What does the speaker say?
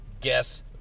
Guess